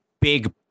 big